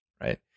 Right